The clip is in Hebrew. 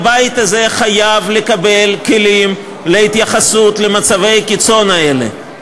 הבית הזה חייב לקבל כלים להתייחסות למצבי הקיצון האלה.